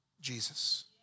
Jesus